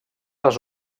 les